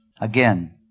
Again